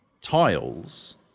tiles